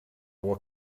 what